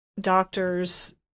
doctors